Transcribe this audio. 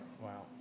Wow